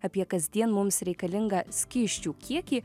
apie kasdien mums reikalingą skysčių kiekį